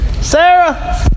Sarah